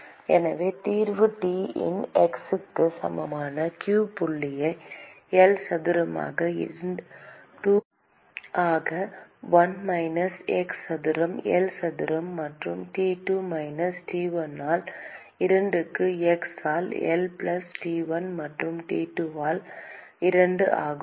எனவே தீர்வு T இன் x க்கு சமமான q புள்ளியை L சதுரமாக 2 k ஆக 1 மைனஸ் x சதுரம் L சதுரம் மற்றும் T2 மைனஸ் T1 ஆல் 2 க்கு x ஆல் L பிளஸ் T1 மற்றும் T2 ஆல் 2 ஆகும்